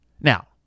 Now